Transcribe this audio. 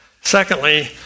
Secondly